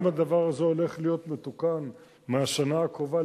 גם זה הולך להיות מתוקן מהשנה הקרובה,